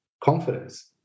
confidence